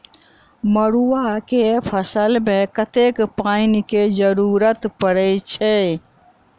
मड़ुआ केँ फसल मे कतेक पानि केँ जरूरत परै छैय?